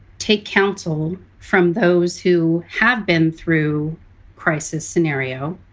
take counsel from those who have been through crisis scenario,